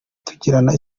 tugirana